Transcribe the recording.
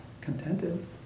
contented